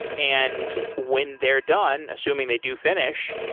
and when they're done, assuming they do finish,